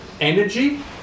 energy